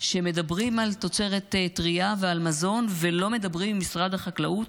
שמדברים על תוצרת טרייה ועל מזון ולא מדברים עם משרד החקלאות?